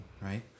right